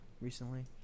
recently